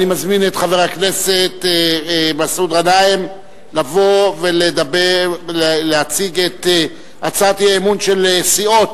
אני מזמין את חבר הכנסת מסעוד גנאים להציג את הצעת האי-אמון של סיעות